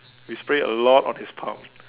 we spray a lot on his palm